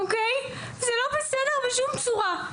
זה לא בסדר בשום צורה.